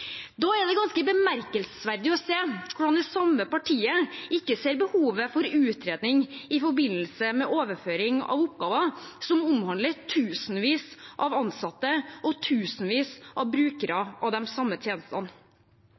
Da er det ganske bemerkelsesverdig å se hvordan det samme partiet ikke ser behovet for utredning i forbindelse med overføring av oppgaver som omhandler tusenvis av ansatte og tusenvis av brukere av de samme tjenestene.